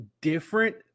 different